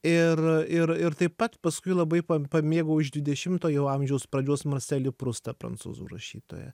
ir ir ir taip pat paskui labai pamėgau iš dvidešimtojo amžiaus pradžios marselį prustą prancūzų rašytoją